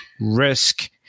risk